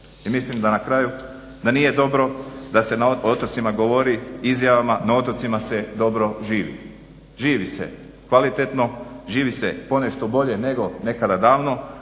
i mislim na kraju da nije dobro da se na otocima govori izjavama na otocima se dobro živi. Živi se kvalitetno, živi se ponešto bolje nego nekada davno,